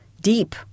deep